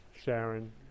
Sharon